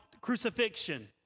crucifixion